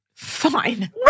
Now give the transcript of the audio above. Fine